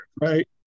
right